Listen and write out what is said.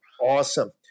Awesome